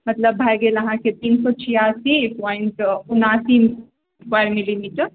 मतलब भए गेल अहाँकेँ तीन सए छिआसी पॉइन्ट उनासी वर्ग मिलीमीटर